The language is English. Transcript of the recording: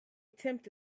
tempt